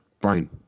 Fine